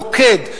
מוקד,